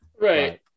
right